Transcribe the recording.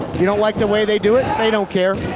you don't like the way they do it. they don't care.